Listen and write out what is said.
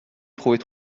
trouvez